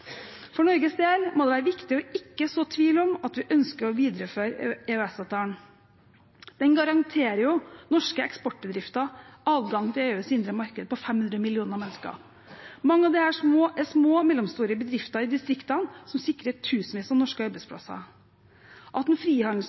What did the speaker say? For Norges del må det være viktig ikke å så tvil om at vi ønsker å videreføre EØS-avtalen. Den garanterer jo norske eksportbedrifter adgang til EUs indre marked med 500 millioner mennesker. Mange av disse er små og mellomstore bedrifter i distriktene som sikrer tusenvis av norske arbeidsplasser. At en